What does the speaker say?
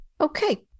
Okay